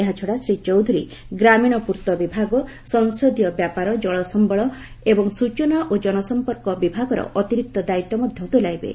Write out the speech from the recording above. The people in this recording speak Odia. ଏହାଛଡା ଶ୍ରୀ ଚୌଧୁରୀ ଗ୍ରାମୀଣ ପୂର୍ତ ବିଭାଗ ସଂସଦୀୟ ବ୍ୟାପାର ଜଳସମ୍ପଳ ଏବଂ ସ୍ବଚନା ଓ ଜନସଂପର୍କ ବିଭାଗର ଅତିରିକ୍ତ ଦାୟିତ୍ୱ ମଧ୍ୟ ତୁଲାଇବେ